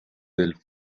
del